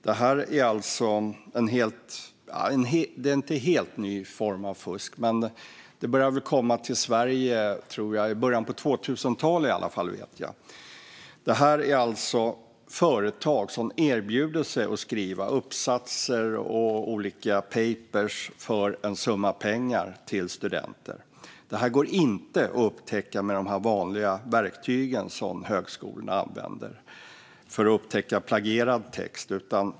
Det här är en ny form av fusk, dock inte helt ny. Det började komma till Sverige i början av 2000-talet, vet jag. Det är alltså företag som erbjuder sig att skriva uppsatser och olika paper åt studenter för en summa pengar. Det går inte att upptäcka med de vanliga verktygen som högskolorna använder för att upptäcka plagierad text.